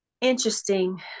interesting